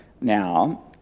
now